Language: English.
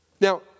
Now